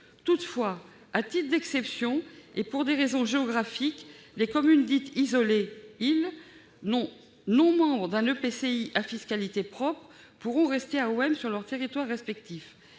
Toutefois, à titre d'exception, et pour des raisons géographiques, les communes dites isolées, c'est-à-dire les « îles » non membres d'un EPCI à fiscalité propre, pourront rester AOM sur leur territoire respectif.